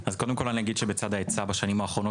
אז קודם כול אגיד שבצד ההיצע בשנים האחרונות